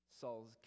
Saul's